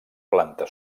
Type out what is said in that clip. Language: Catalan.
planta